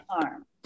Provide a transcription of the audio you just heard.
arm